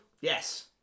yes